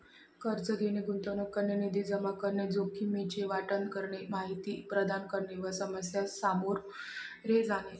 कर्ज घेणे, गुंतवणूक करणे, निधी जमा करणे, जोखमीचे वाटप करणे, माहिती प्रदान करणे व समस्या सामोरे जाणे